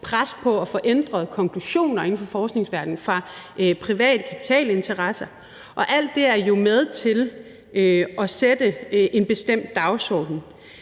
pres på at få ændret konklusioner inden for forskningsverdenen fra private kapitalinteresser. Og alt det er jo med til at sætte en bestemt dagsorden,